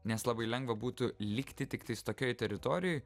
nes labai lengva būtų likti tiktais tokioj teritorijoj